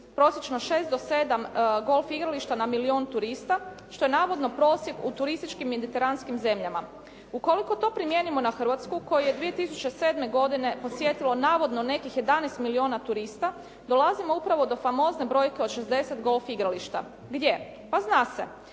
prosječno 6 do 7 golf igrališta na milijun turista, što je navodno prosjek u turističkim i mediteranskim zemljama. Ukoliko to primijenimo na Hrvatsku koju je 2007. godine posjetilo navodno nekih 11 milijuna turista, dolazimo upravo do famozne brojke od 60 golf igrališta. Gdje? Pa zna se.